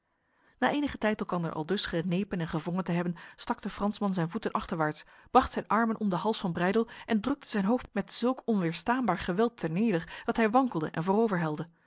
na enige tijd elkander aldus genepen en gewrongen te hebben stak de fransman zijn voeten achterwaarts bracht zijn armen om de hals van breydel en drukte zijn hoofd met zulk onweerstaanbaar geweld terneder dat hij wankelde en